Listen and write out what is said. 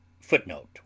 Footnote